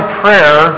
prayer